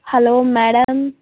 hello madam